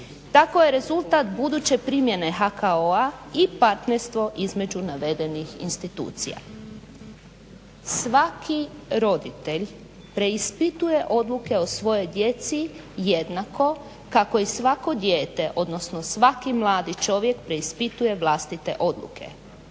Tako je rezultat buduće primjene HKO-a i partnerstvo između navedenih institucija. Svaki roditelj preispituje odluke o svojoj djeci jednako kako i svako dijete, odnosno svaki mladi čovjek preispituje vlastite odluke.